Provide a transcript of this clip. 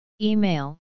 Email